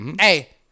Hey